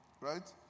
Right